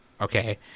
okay